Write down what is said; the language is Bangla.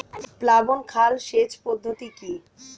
প্লাবন খাল সেচ পদ্ধতি কি?